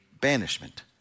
banishment